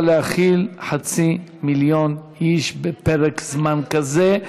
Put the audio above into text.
להכיל חצי מיליון איש בפרק זמן כזה.